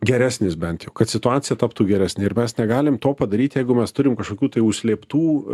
geresnis bent jau kad situacija taptų geresnė ir mes negalim to padaryt jeigu mes turim kažkokių tai užslėptų